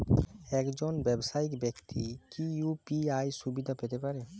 একজন ব্যাবসায়িক ব্যাক্তি কি ইউ.পি.আই সুবিধা পেতে পারে?